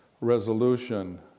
resolution